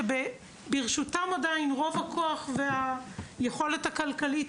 שברשותם עדיין רוב הכוח והיכולת הכלכלית,